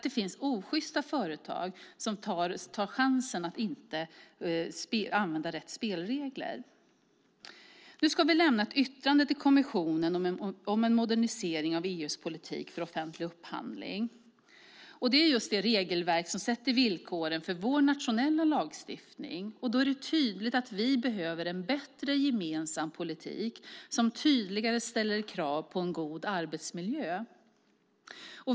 Det finns osjysta företag som tar chansen att inte använda rätt spelregler. Nu ska vi lämna ett yttrande till kommissionen om en modernisering av EU:s politik för offentlig upphandling. Det är det regelverk som sätter villkoren för vår nationella lagstiftning. Då är det uppenbart att vi behöver en bättre gemensam politik som tydligare ställer krav på en god arbetsmiljö.